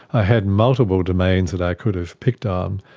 i had multiple domains that i could have picked um